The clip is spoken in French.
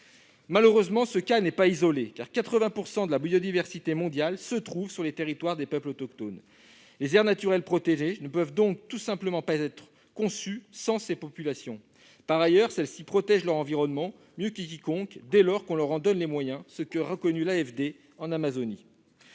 Malheureusement, ce cas n'est pas isolé, car 80 % de la biodiversité mondiale se trouvent sur les territoires des peuples autochtones. Les aires naturelles protégées ne peuvent donc tout simplement pas être conçues sans ces populations. Par ailleurs, celles-ci protègent leur environnement mieux que quiconque dès lors qu'on leur en donne les moyens, comme l'a reconnu l'AFD en Amazonie.